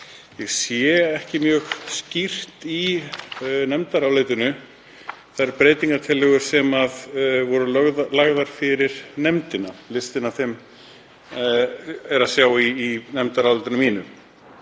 ég sé ekki mjög skýrt í nefndarálitinu þær breytingartillögur sem lagðar voru fyrir nefndina. Listann með þeim er að sjá í nefndarálitinu mínu,